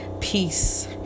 Peace